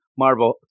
Marvel